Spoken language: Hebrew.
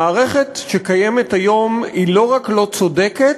המערכת שקיימת היום היא לא רק לא צודקת,